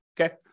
Okay